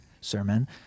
sermon